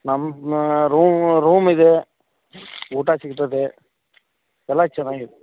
ನಮ್ಮ ರೂಮು ರೂಮಿದೆ ಊಟ ಸಿಗ್ತದೆ ಎಲ್ಲ ಚೆನ್ನಾಗಿದೆ